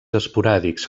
esporàdics